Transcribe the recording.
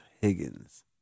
Higgins